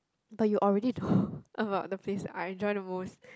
but you already know about the place I enjoy the most